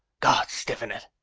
god stiffen it!